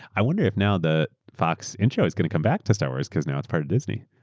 i wonder if now the fox intro is going to come back to star wars because now it's part of disney.